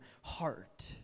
heart